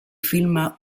filma